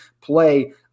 play